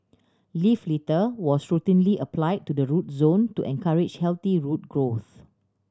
leaf litter was routinely applied to the root zone to encourage healthy root growth